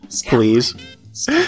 Please